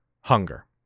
hunger